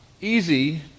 easy